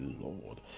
Lord